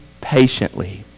patiently